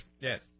Yes